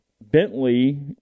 Bentley